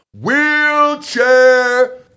wheelchair